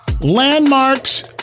Landmarks